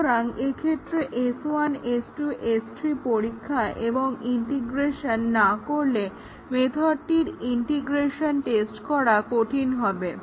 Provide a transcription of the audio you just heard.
সুতরাং এক্ষেত্রে S1 S2 S3 পরীক্ষা এবং ইন্টিগ্রেশন না করলে মেথডটির ইন্টিগ্রেশন টেস্ট করা কঠিন হবে